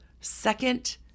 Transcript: second